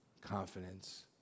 confidence